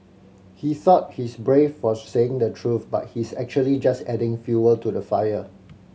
he thought he's brave for saying the truth but he's actually just adding fuel to the fire